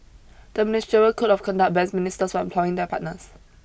the ministerial code of conduct bans ministers from employing their partners